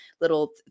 little